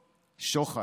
שוחד.